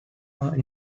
are